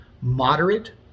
moderate